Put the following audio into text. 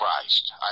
christ